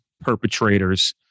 perpetrators